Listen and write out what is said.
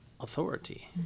authority